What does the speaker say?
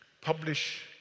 publish